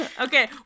Okay